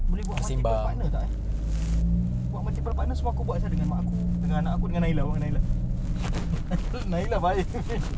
boleh buat multiple partner tak eh buat multiple partner sua~ aku buat dengan mak aku dengan anak aku dengan laila [one] laila laila baik man